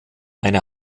eine